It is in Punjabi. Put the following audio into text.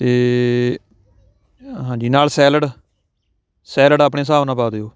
ਅਤੇ ਹਾਂਜੀ ਨਾਲ ਸੈਲਡ ਸੈਲਡ ਆਪਣੇ ਹਿਸਾਬ ਨਾਲ ਪਾ ਦਿਓ